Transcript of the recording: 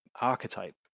archetype